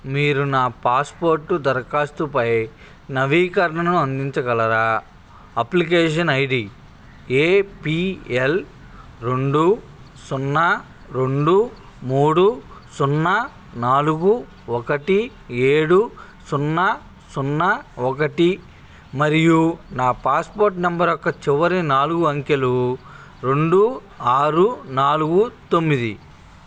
మీరు నా పాస్పోర్ట్ దరఖాస్తుపై నవీకరణను అందించగలరా application I D A P L రెండు సున్నా రెండు మూడు సున్నా నాలుగు ఒకటి ఏడు సున్నా సున్నా ఒకటి మరియు నా పాస్పోర్ట్ నంబర్ యొక్క చివరి నాలుగు అంకెలు రెండు ఆరు నాలుగు తొమ్మిది